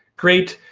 great,